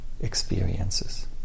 experiences